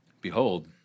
behold